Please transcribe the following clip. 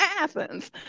Athens